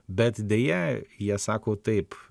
bet deja jie sako taip